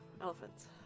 Elephants